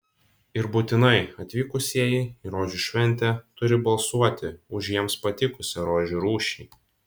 ir būtinai atvykusieji į rožių šventę turi balsuoti už jiems patikusią rožių rūšį